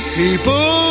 people